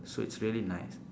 so it's very nice